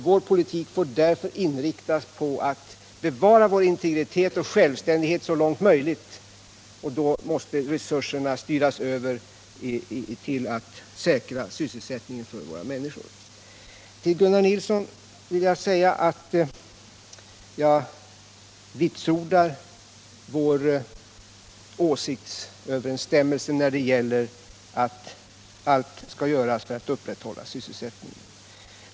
Vår politik får därför inriktas på att bevara vår ekonomiska integritet och självständighet så långt möjligt, och då måste resurserna styras över till att säkra sysselsättningen för människorna i vårt land. Till Gunnar Nilsson vill jag säga att jag vitsordar vår åsiktsöverensstämmelse när det gäller att allt skall göras för att upprätthålla sysselsättningen.